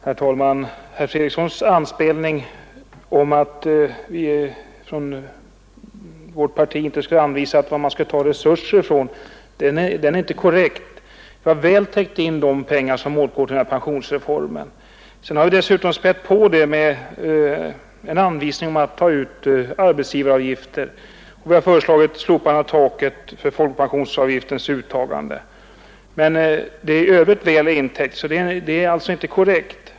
Herr talman! Herr Fredrikssons antydan att vi i vårt parti inte skulle ha anvisat varifrån man skulle ta resurserna är inte korrekt. Vi har väl täckt in de medel som åtgår till denna pensionsreform. Dessutom har vi spätt på med en anvisning om uttagande av arbetsgivaravgifter. Vi har också föreslagit ett slopande av taket för folkpensionsavgiftens uttagande. Finansieringen är även i övrigt väl täckt, och påståendet är alltså inte korrekt.